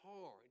hard